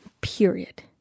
period